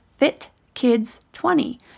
FITKIDS20